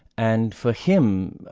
and for him,